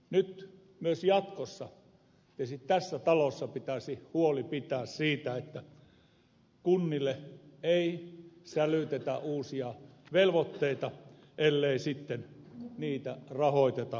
nyt myös jatkossa tässä talossa pitäisi huoli pitää siitä että kunnille ei sälytetä uusia velvoitteita ellei sitten niitä rahoiteta täysimääräisesti